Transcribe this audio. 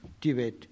Tibet